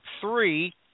three